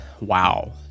Wow